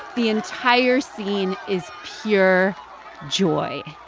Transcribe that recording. the entire scene is pure joy.